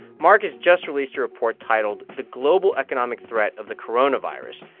mark has just released a report titled the global economic threat of the coronavirus,